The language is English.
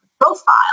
profile